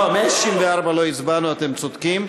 164 לא הצבענו, אתם צודקים.